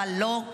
אבל לא,